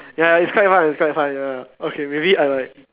ya it's quite fun it's quite fun ya okay maybe I like